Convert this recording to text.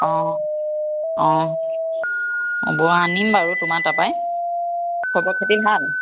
অঁ অঁ বৰা আনিম বাৰু তোমাৰ তাৰপৰাই খবৰ খাতি ভাল